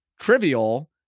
trivial